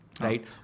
Right